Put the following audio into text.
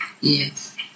yes